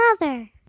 mother